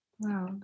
Wow